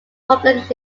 public